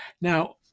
Now